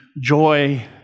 joy